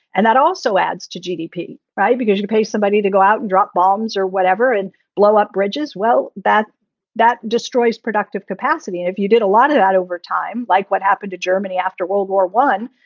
and that also adds to gdp. right. because you pay somebody somebody to go out and drop bombs or whatever and blow up bridges, well, that that destroys productive capacity. and if you did a lot of that over time, like what happened to germany after world war one,